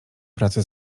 pracy